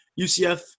UCF